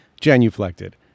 genuflected